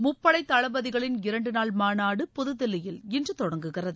முப்படை தளபதிகளின் இரண்டு நாள் மாநாடு புதுதில்லியில் இன்று தொடங்குகிறது